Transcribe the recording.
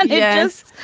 and yes.